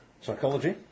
Psychology